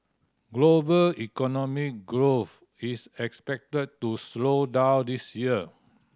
global economic growth is expected to slow down this year